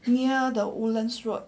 near the woodlands road